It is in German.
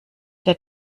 der